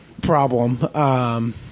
problem